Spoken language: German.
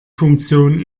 funktion